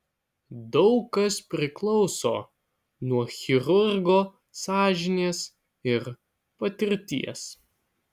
daug kas priklauso nuo chirurgo sąžinės ir patirties